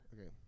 Okay